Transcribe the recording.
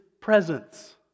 presence